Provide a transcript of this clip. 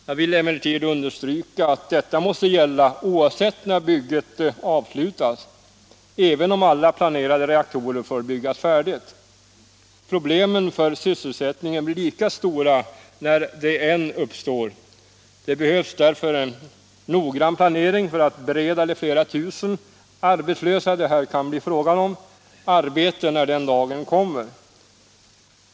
Jag vill emellertid understryka att detta måste gälla oavsett när bygget avslutas, alltså även om alla planerade reaktorer får byggas färdiga. Problemen för sysselsättningen blir lika stora när de än uppstår. Det behövs därför en noggrann planering för att bereda de flera tusen arbetslösa, som det här kan bli fråga om, arbete när den dagen kommer.